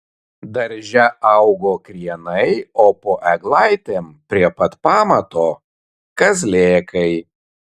darže augo krienai o po eglaitėm prie pat pamato kazlėkai